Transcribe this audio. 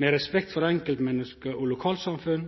med respekt for enkeltmenneske og lokalsamfunn,